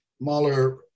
Mahler